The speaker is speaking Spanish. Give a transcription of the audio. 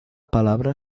palabra